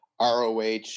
ROH